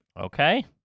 Okay